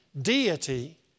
deity